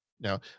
now